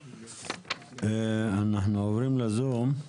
אנחנו עוברים לזום.